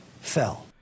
fell